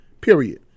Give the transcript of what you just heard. Period